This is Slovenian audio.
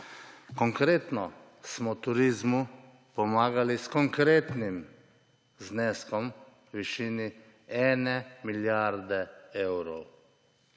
Konkretno smo turizmu pomagali s konkretnim zneskom v višini ene milijarde evrov